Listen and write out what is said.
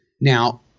Now